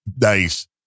Nice